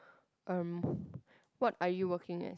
erm what are you working as